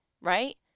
right